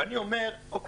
ואני אומר, אוקיי,